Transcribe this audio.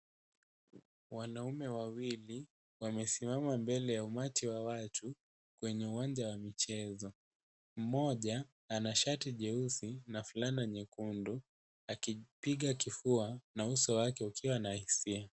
Wanaume wawili wamesimama mbele ya umati wa watu kwenye uwanja wa michezo, mmoja ana shati jeusi na fulana nyekundu akipiga kifua na uso wake ukiwa na hisia.